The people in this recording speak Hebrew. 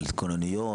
על כונניות,